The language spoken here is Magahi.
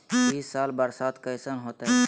ई साल बरसात कैसन होतय?